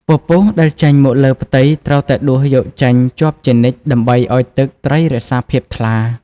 ពពុះ ដែលចេញមកលើផ្ទៃត្រូវតែដួសយកចេញជាប់ជានិច្ចដើម្បីឱ្យទឹកត្រីរក្សាភាពថ្លា។